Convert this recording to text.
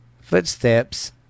footsteps